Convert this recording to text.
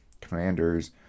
commanders